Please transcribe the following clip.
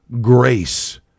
grace